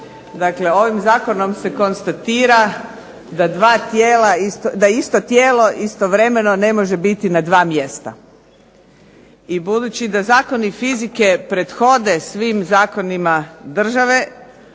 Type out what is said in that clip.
Dakle, ovim zakonom se konstatira da isto tijelo istovremeno ne može biti na 2 mjesta. I budući da zakoni fizike prethode svim zakonima države